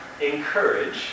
encourage